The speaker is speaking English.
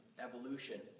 evolution